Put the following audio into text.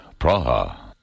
Praha